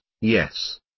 yes